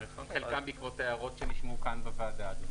גם בעקבות הערות שנשמעו כאן בוועדה.